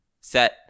Set